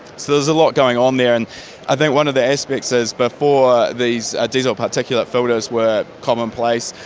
so there's a lot going on there and i think one of the aspects is before these diesel particulate filters were commonplace,